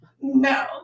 no